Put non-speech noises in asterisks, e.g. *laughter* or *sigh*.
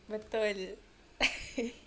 betul *laughs*